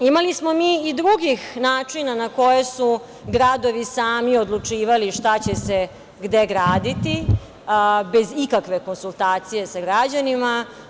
Imali smo i drugih načina na koje su gradovi sami odlučivali šta će se gde graditi bez ikakve konsultacije sa građanima.